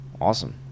Awesome